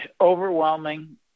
overwhelming